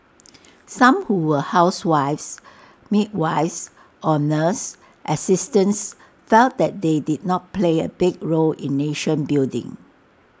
some who were housewives midwives or nurse assistants felt that they did not play A big role in nation building